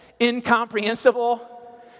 incomprehensible